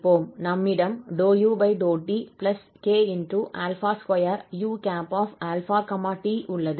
நம்மிடம் ∂u∂tk 2u∝ t உள்ளது